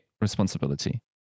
responsibility